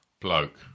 Bloke